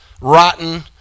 rotten